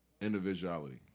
individuality